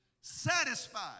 Satisfied